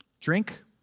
Drink